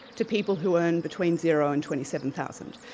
to people who earn between zero and twenty seven thousand